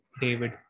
David